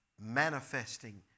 manifesting